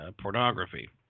pornography